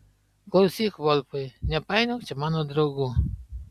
klausyk volfai nepainiok čia mano draugų